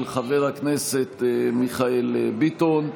של חבר הכנסת מיכאל ביטון.